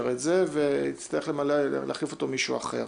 את זה ויצטרך להחליף אותו מישהו אחר.